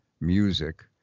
Music